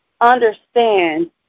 understand